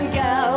go